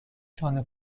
شانه